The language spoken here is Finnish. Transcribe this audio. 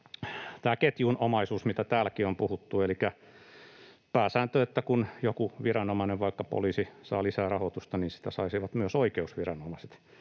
tämä ketjunomaisuus, mistä täälläkin on puhuttu, elikkä pääsääntö, että kun joku viranomainen, vaikka poliisi, saa lisää rahoitusta, niin sitä saisivat myös oikeusviranomaiset,